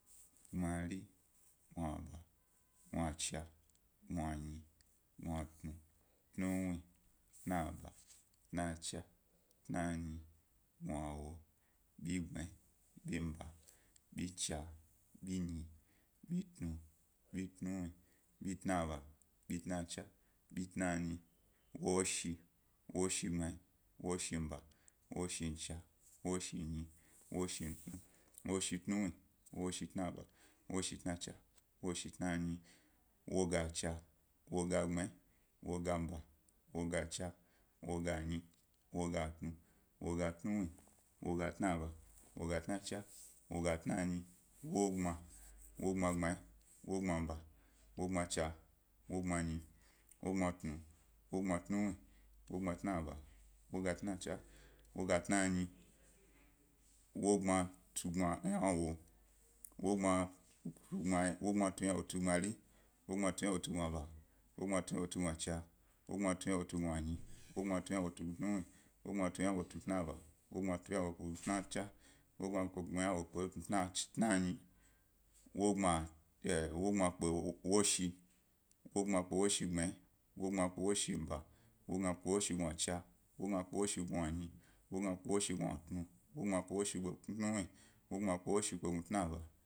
Gbmari, gnaba gnacha, gnanyi, gnatuu tnuwuwyi tnaba tnacha tnanyi gnawo bigbma, binba, bicha, binyi bitna bitnawuwyi washi woshi gbma, woshi nba woshi ncha, wosh nnyi wosh ntnu woshi tnawuwyi woshi tna’ba, woshi tnacha, woshi tnanyi woyacha, woga bgbayi woga nba, woga ncha, woga nnyi woga tnuwuwyi, woga tnaba woga tnacha, woga tnanyi wogbma, wogbma gbma, wogbma mcha, wogbma nnyi, wogbma ntnu, wogbma tnawuwyi, wogbma tnaba, wogbma tnacha, wogbma tnanyi. Wogbma tnu ynawo, wogbma tnu ynawo, tnu bigbmari, wogbma tnu ynawo tnu bi ynaba wogbma tnu ynawo kpe bi ynacha wogbma tnu ynawo tnu gnanyi wogbma tnu ynawo tnu gnatnu wogbma tunu ynawo tnu bi tnawuwyi wogbma tnu ynawo tnu bi tna’aba wogbma tunu ynawo tnu bi tnacha wogbma tna ynawo tnu bi tnanyi, wogbma kpe woshi, wogbma kpe woshi gbmari, wogbma kpe woshi nba, wogbma kpe woshi ncha, wogbma kpe woshi gnanyi, wogbma kpe woshi gna bu u, wogbma kpe woshi tnawuwjh, wogma kpe woshi kpe tuna’aba.